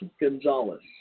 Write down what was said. Gonzalez